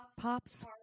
Pop's